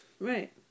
Right